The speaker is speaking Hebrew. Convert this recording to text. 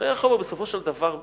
חיי החומר בסופו של דבר מתכלים.